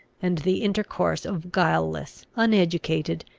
and the intercourse of guileless, uneducated,